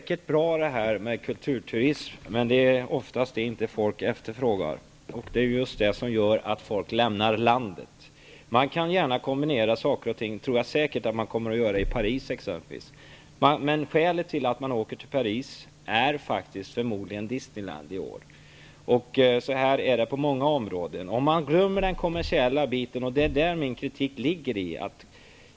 Herr talman! Det är säkert bra med kulturturism, men det är oftast inte det som folk efterfrågar. Det är just det som gör att folk lämnar landet. Man kan gärna kombinera saker och ting. Det tror jag säkert att man kommer att göra i exempelvis Paris. Men skälet till att man i år åker till Paris är förmodligen Så här är det på många områden. Man glömmer den kommersiella biten. Det är där min kritik kommer in.